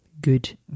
Good